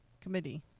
committee